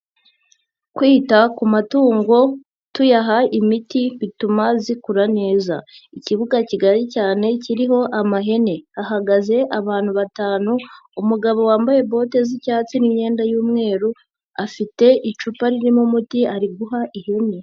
Kwita ku matungo, tuyaha imiti bituma zikura neza. Ikibuga kigari cyane kiriho amahene, hahagaze abantu batanu, umugabo wambaye bote z'icyatsi n'imyenda y'umweru, afite icupa ririmo umuti, ari guha ihene.